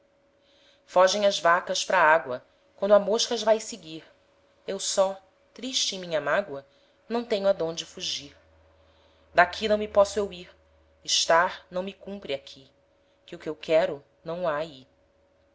fogem as vacas p'ra a ágoa quando a mosca as vae seguir eu só triste em minha mágoa não tenho a d'onde fugir d'aqui não me posso eu ir estar não me cumpre aqui que o que eu quero não